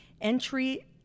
entry